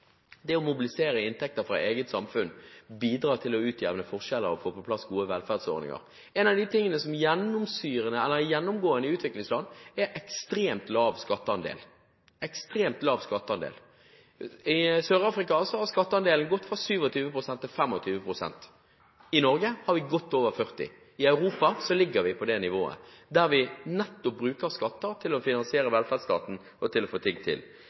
Det å mobilisere inntekter fra eget samfunn bidrar til å utjevne forskjeller og å få på plass gode velferdsordninger. En av de tingene som er gjennomgående i utviklingsland, er ekstremt lav skatteandel. I Sør-Afrika har skatteandelen gått ned fra 27 pst. til 25 pst. I Norge har vi godt over 40 pst. I Europa ligger vi på det nivået, der vi nettopp bruker skatter til å finansiere velferdsstaten og til å få ting til.